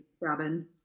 Robin